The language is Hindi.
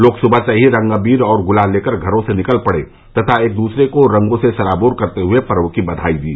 लोग सुबह से ही रंग अबीर और गुलाल लेकर घरो से निकल पड़े तथा एक दूसरे को रंगो से सराबोर करते हुए पर्व की बधाई दी